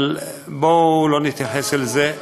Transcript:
אבל בואו לא נתייחס אל זה,